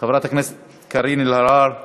חברת הכנסת קארין אלהרר,